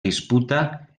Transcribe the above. disputa